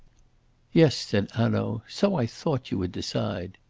yes, said hanaud so i thought you would decide.